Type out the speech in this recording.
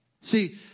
See